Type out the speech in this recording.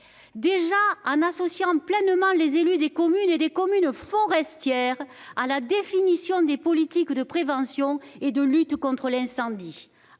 il faut associer pleinement les élus des communes, notamment forestières, à la définition des politiques de prévention et de lutte contre l'incendie.